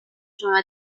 شما